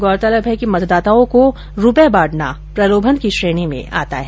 गौरतलब है कि मतदाताओं को रूपये बांटना प्रलोभन की श्रेणी में आता है